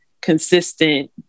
consistent